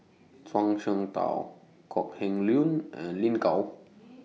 Zhuang Shengtao Kok Heng Leun and Lin Gao